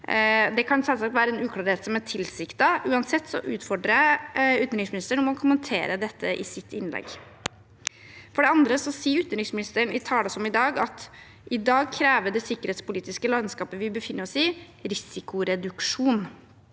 selvsagt være en uklarhet som er tilsiktet, men uansett utfordrer jeg utenriksministeren til å kommentere dette i sitt innlegg. For det andre sier utenriksministeren i taler som i dag at i dag krever det sikkerhetspolitiske landskapet vi befinner oss i, risikoreduksjon,